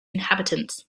inhabitants